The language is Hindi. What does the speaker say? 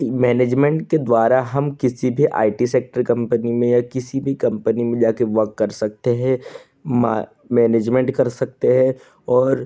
मैनेजमेंट के द्वारा हम किसी भी आई टी सेक्टर कंपनी में या किसी भी कंपनी में जाके वर्क कर सकते हैं मैनेजमेंट कर सकते हैं और